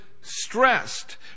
stressed